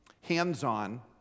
Hands-on